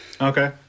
Okay